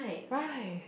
right